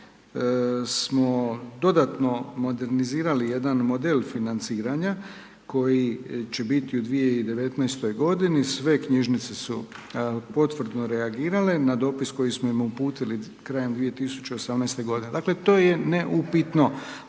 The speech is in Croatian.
smo dodatno modernizirali jedan model financiranja koji će biti u 2019. godini, sve knjižnice su potvrdno reagirale na dopis koji smo im uputili krajem 2018. godine, dakle to je neupitno.